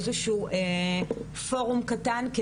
איזשהו פורום קטן,